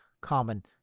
common-